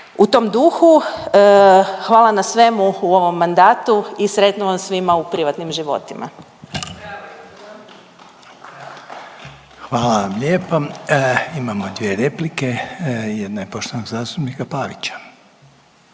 U tom duhu, hvala na svemu u ovom mandatu i sretno vam svima u privatnim životima. **Reiner, Željko (HDZ)** Hvala vam lijepo. Imamo dvije replike, jedna je poštovanog zastupnika Pavića.